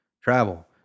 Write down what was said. travel